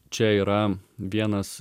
čia yra vienas